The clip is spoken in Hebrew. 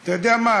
אתה יודע מה?